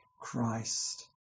Christ